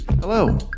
Hello